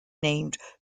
named